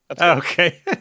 Okay